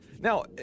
Now